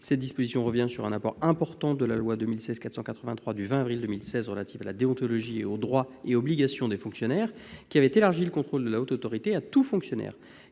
Cette disposition revient sur un apport important de la loi n° 2016-483 du 20 avril 2016 relative à la déontologie et aux droits et obligations des fonctionnaires, qui avait étendu le contrôle de la Haute Autorité à tout fonctionnaire,